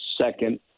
second